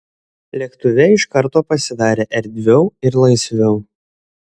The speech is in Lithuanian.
lėktuve iš karto pasidarė erdviau ir laisviau